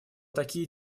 такие